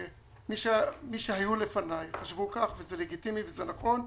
מי שהיו לפני חשבו כך וזה לגיטימי וזה נכון.